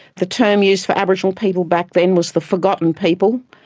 the term used for aboriginal people back then was the forgotten people.